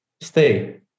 stay